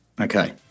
Okay